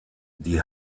die